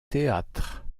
théâtre